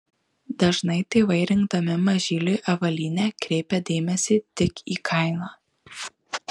dažnai tėvai rinkdami mažyliui avalynę kreipia dėmesį tik į kainą